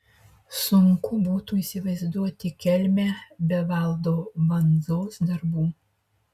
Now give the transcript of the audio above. sunku būtų įsivaizduoti kelmę be valdo bandzos darbų